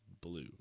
blue